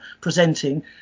presenting